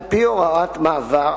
על-פי הוראת מעבר,